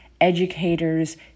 educators